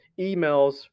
emails